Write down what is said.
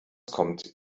kommt